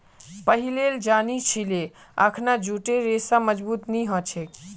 पहिलेल जानिह छिले अखना जूटेर रेशा मजबूत नी ह छेक